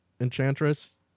Enchantress